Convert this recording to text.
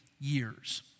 years